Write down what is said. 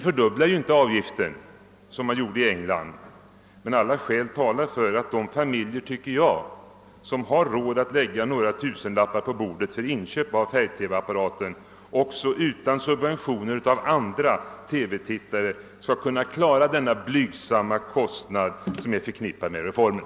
Vi fördubblar ju inte licensavgiften, vilket man gjorde i England, men jag tycker att alla skäl talar för att de familjer som har råd att lägga några tusenlappar på bordet för inköp av en färg-TV-apparat också utan subventioner från andra TV-tittare skall kunna stå för den blygsamma kostnad som är förknippad med reformen.